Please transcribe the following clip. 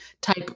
type